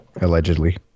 Allegedly